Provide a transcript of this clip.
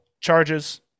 charges